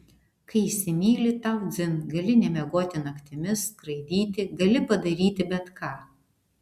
kai įsimyli tau dzin gali nemiegoti naktimis skraidyti gali padaryti bet ką